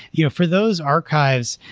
you know for those archives,